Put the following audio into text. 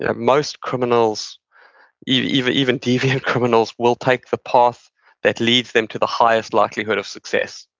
ah most criminals even even deviant criminals will take the path that leads them to the highest likelihood of success.